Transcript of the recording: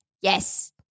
Yes